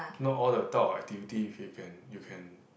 not all the thought of activity if you can you can